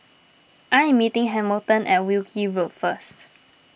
I am meeting Hamilton at Wilkie Road first